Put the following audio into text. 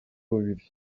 bubiri